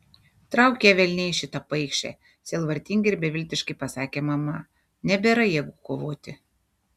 trauk ją velniai šitą paikšę sielvartingai ir beviltiškai pasakė mama nebėra jėgų kovoti